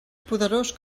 poderós